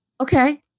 okay